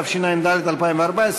התשע"ד 2014,